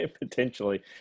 potentially